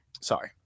Sorry